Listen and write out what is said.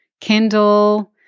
Kindle